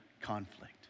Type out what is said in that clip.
Conflict